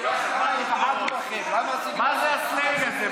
מה זה הסלנג הזה?